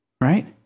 right